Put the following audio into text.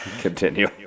Continue